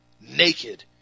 naked